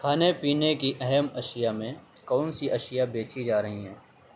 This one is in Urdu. کھانے پینے کی اہم اشیاء میں کون سی اشیاء بیچی جا رہی ہیں